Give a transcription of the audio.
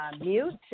mute